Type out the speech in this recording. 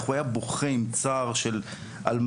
איך הוא היה בוכה עם צער של אלמנה.